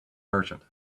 merchant